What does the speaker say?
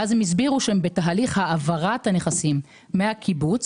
ואז הם הסבירו שהם בתהליך העברת הנכסים מהקיבוץ